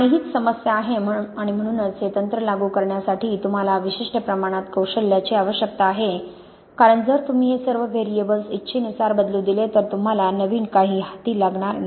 आणि हीच समस्या आहे आणि म्हणूनच हे तंत्र लागू करण्यासाठी तुम्हाला विशिष्ट प्रमाणात कौशल्याची आवश्यकता आहे कारण जर तुम्ही हे सर्व व्हेरिएबल्स इच्छेनुसार बदलू दिले तर तुम्हाला नवीन काही हाती लागणार नाही